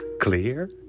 Clear